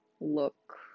Look